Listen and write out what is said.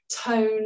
tone